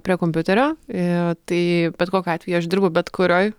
prie kompiuterio tai bet kokiu atveju aš dirbu bet kurioj